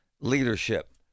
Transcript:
leadership